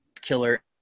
killer